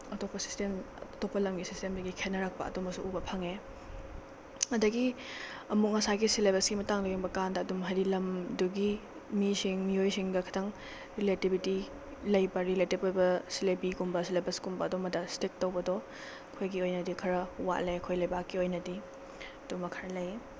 ꯑꯇꯣꯞꯄ ꯁꯤꯁꯇꯦꯝ ꯑꯇꯣꯞꯄ ꯂꯝꯒꯤ ꯁꯦꯁꯇꯦꯝꯗꯒꯤ ꯈꯦꯠꯅꯔꯛꯄ ꯑꯗꯨꯝꯕꯁꯨ ꯎꯕ ꯐꯪꯉꯦ ꯑꯗꯒꯤ ꯑꯃꯨꯛ ꯉꯁꯥꯏꯒꯤ ꯁꯤꯂꯦꯕꯁꯀꯤ ꯃꯇꯥꯡꯗ ꯌꯦꯡꯕꯀꯥꯟꯗ ꯑꯗꯨꯝ ꯍꯥꯏꯗꯤ ꯂꯝꯗꯨꯒꯤ ꯃꯤꯁꯤꯡ ꯃꯤꯑꯣꯏꯁꯤꯡꯒ ꯈꯤꯇꯪ ꯔꯤꯂꯦꯇꯤꯕꯤꯇꯤ ꯂꯩꯕ ꯔꯤꯂꯦꯇꯤꯞ ꯑꯣꯏꯕ ꯁꯤꯂꯦꯕꯁꯀꯨꯝꯕ ꯑꯗꯨꯝꯕꯗ ꯏꯁꯇꯤꯛ ꯇꯧꯕꯗꯣ ꯑꯩꯈꯣꯏꯒꯤ ꯑꯣꯏꯅꯗꯤ ꯈꯔ ꯋꯥꯠꯂꯦ ꯑꯩꯈꯣꯏ ꯂꯩꯕꯥꯛꯀꯤ ꯑꯣꯏꯅꯗꯤ ꯑꯗꯨꯝꯕ ꯈꯔ ꯂꯩ